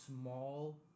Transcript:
small